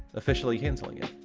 officially canceling it.